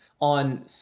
on